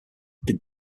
did